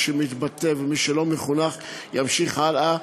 מי שמתבטא ומי שלא מחונך ימשיך הלאה,